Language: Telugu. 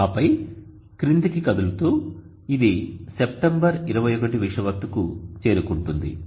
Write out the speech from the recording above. ఆపై క్రిందికి కదులుతూ ఇది సెప్టెంబర్ 21 విషువత్తుకు చేరుకుంటుంది